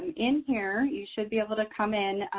in here, you should be able to come in,